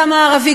גם הערבי,